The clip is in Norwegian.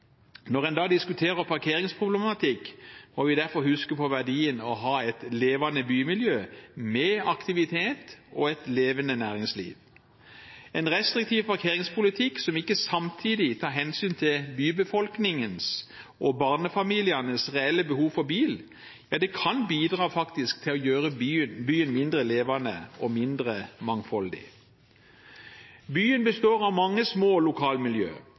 Når en da diskuterer parkeringsproblematikk, må vi derfor huske på verdien av å ha et levende bymiljø med aktivitet og et levende næringsliv. En restriktiv parkeringspolitikk som ikke samtidig tar hensyn til bybefolkningens og barnefamilienes reelle behov for bil, kan faktisk bidra til å gjøre byen mindre levende og mindre mangfoldig. Byen består av mange små lokalmiljø,